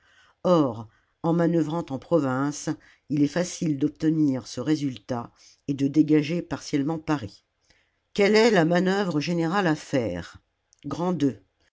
or en manœuvrant en province il est facile d'obtenir ce résultat et de dégager partiellement paris quelle est la manœuvre générale à faire